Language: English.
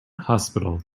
hospital